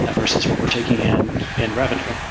and versus what we're taking in in revenue.